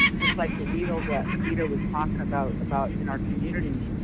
just like the wheel that theda was talking about about in our communities.